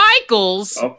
Michaels